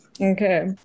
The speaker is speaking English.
Okay